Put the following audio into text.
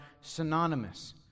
synonymous